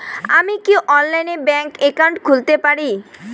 আমি কি অনলাইনে ব্যাংক একাউন্ট খুলতে পারি?